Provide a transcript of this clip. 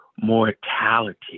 mortality